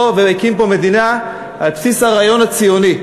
והקים פה מדינה על בסיס הרעיון הציוני.